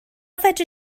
fedri